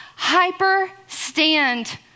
Hyperstand